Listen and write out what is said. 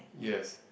yes